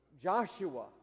Joshua